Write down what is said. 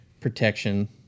protection